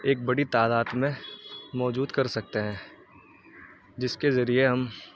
ایک بڑی تعداد میں موجود کر سکتے ہیں جس کے ذریعے ہم